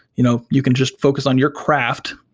you know you can just focus on your craft,